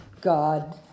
God